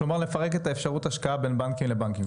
כלומר לפרק את אפשרות ההשקעה בין בנקים לבנקים.